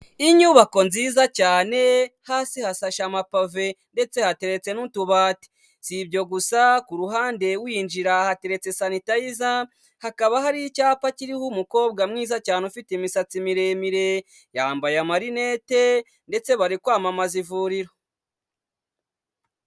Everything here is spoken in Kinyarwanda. Inyubako nziza cyane hasi hasashe amapave, ndetse hateretse n'utubati, si ibyo gusa ku ruhande winjira hateretse sanitayiza hakaba hari icyapa kiriho umukobwa mwiza cyane ufite imisatsi miremire, yambaye amarinete ndetse bari kwamamaza ivuriro.